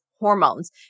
Hormones